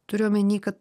turiu omeny kad